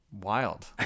wild